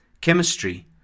chemistry